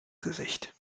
gesicht